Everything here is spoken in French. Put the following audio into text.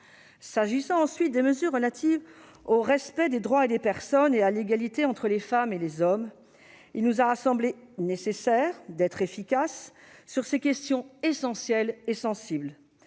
S'agissant, ensuite, des mesures relatives au respect des droits des personnes et à l'égalité entre les femmes et les hommes, il nous a semblé nécessaire d'être efficaces sur ces questions essentielles et sensibles,